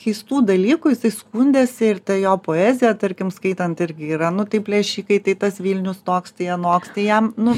keistų dalykų jisai skundėsi ir ta jo poezija tarkim skaitant irgi yra nu tai plėšikai tai tas vilnius toks tai anoks tai jam nu